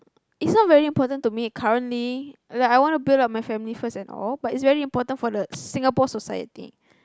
it's not very important to me currently like I want to build up my family first and all but it's very important for the Singapore society